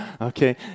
Okay